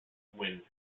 when